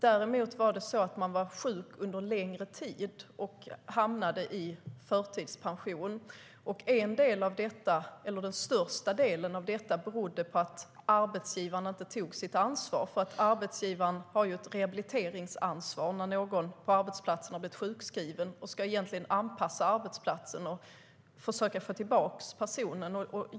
Däremot var man sjuk under längre tid och hamnade i förtidspension. En del av detta, eller den största delen av detta, berodde på att arbetsgivaren inte tog sitt ansvar. Arbetsgivaren har ju ett rehabiliteringsansvar när någon på arbetsplatsen har blivit sjukskriven. Man ska anpassa arbetsplatsen och försöka få tillbaka personen.